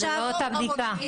זאת לא אותה בדיקה.